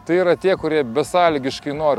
tai yra tie kurie besąlygiškai nori